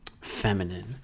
feminine